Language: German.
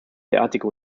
derartige